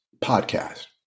podcast